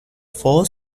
fort